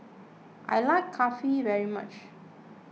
I like Kulfi very much